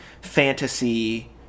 fantasy